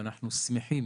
אנחנו שמחים